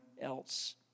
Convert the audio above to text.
else